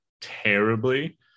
terribly